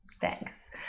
Thanks